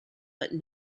but